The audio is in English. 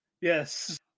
Yes